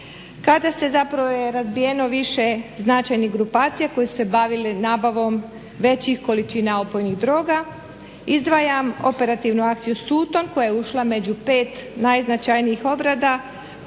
kada zapravo je razbijeno više značajnih grupacija koje su se bavili nabavom većih količina opojnih droga. Izdvajam operativnu akciju "Suton" koja je ušla među pet najznačajnijih obrada